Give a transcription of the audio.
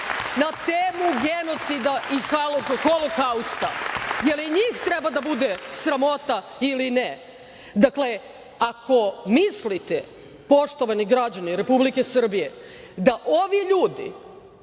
na temu genocida i holokausta. Da li i njih treba da bude sramota ili ne? Dakle, ako mislite, poštovani građani Republike Srbije, da ovi ljudi